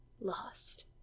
lost